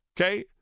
okay